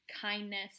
kindness